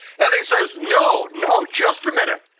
and he says, no, no, just a minute.